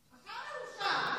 אתה מרושע.